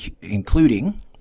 including